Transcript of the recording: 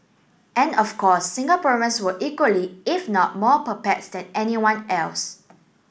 and of course Singaporeans were equally if not more perplexed than anyone else